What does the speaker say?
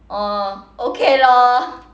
oh okay lor